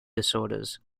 disorders